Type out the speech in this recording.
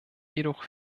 jedoch